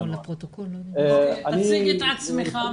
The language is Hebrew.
תציג את עצמך.